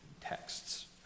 texts